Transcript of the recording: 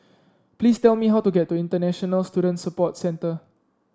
please tell me how to get to International Student Support Centre